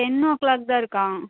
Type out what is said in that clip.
ten o'clock தான் இருக்கா